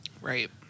Right